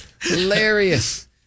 Hilarious